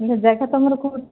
ହଁ ଯେ ଜାଗା ତୁମର କେଉଁଠି